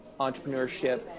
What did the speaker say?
entrepreneurship